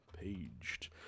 Paged